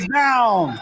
down